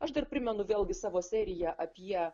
aš dar primenu vėlgi savo seriją apie